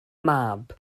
mab